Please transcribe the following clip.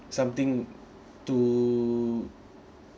something too